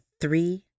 Three